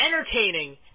entertaining